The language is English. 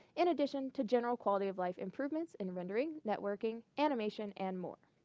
in addition to general quality of life improvements in rendering, networking, animation, and more.